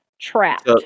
trapped